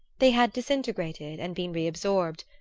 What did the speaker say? they had disintegrated and been re-absorbed,